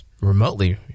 remotely